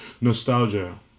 Nostalgia